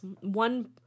One